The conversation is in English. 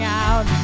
out